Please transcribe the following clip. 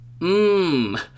mmm